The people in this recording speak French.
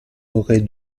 aurez